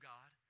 God